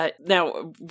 Now